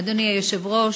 אדוני היושב-ראש,